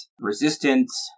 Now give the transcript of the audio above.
resistance